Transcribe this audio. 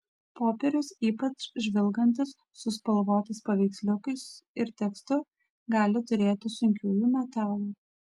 popierius ypač žvilgantis su spalvotais paveiksliukais ir tekstu gali turėti sunkiųjų metalų